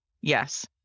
yes